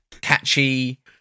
catchy